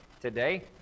Today